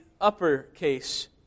uppercase